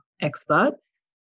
experts